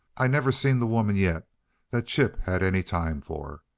i never seen the woman yet that chip had any time for.